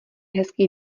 hezký